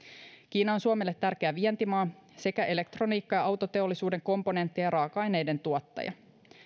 kiina on suomelle tärkeä vientimaa sekä elektroniikka ja autoteollisuuden komponenttien ja raaka aineiden tuottaja